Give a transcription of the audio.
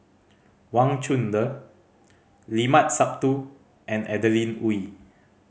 Wang Chunde Limat Sabtu and Adeline Ooi